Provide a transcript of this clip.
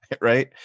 right